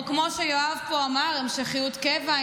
או כמו שיואב פה אמר המשכיות קבע,